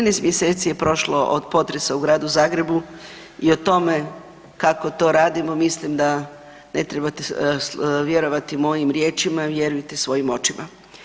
13 mj. je prošlo od potresa u gradu Zagrebu i tome kako to radimo, mislim da ne trebate vjerovati mojim riječima, vjerujte svojim očima.